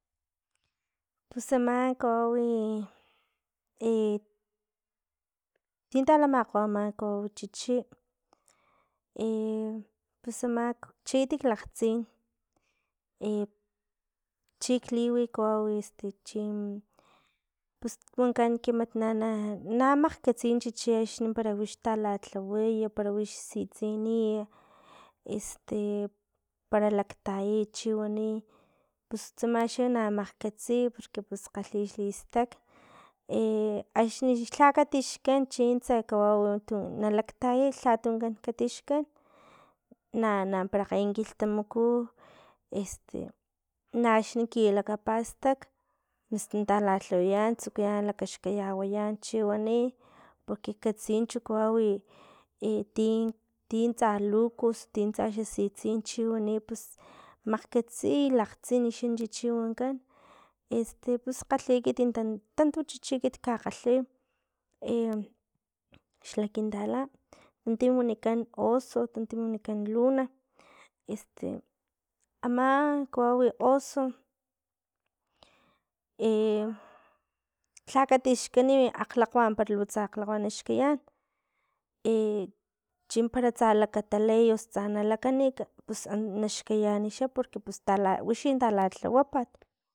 Pus ama kawawi e ti talamakgo chichi i pus ama chi ekit klakgtsin e chik liwi kawau este chin pus wankan wue na na namakgkatsi chichi axni para wix talatlaway para wix sitsiy i este para laktayay chiwani pus tsama xa na makgkatsi porque pus kalhi xlistak e axni xa lha katixkan chintse kawau tu nalaktayay lha tunkan katixkan na namparakgey kilhtamaku este naxni kilakapastak pus natalalhawayan stukuyan lakaxkayawayan chiwani porque katsi chu kawawi i ti tintsa luku tsintsa xa sitsin cbhiwani pus makgkatsi i lakgtsin chin chichi wankan este pus kgalhi ekit tantu chichi ekit kakgalhi e xla kintala unti wanikan oso untu wanikan luna este ama kawau oso e lha katixkan akglakgwa para lu tsa akglakgwa naxkayan e chimpara tsa lakatalay o lakanit pus naxkayan porque puys wixin talalhawapat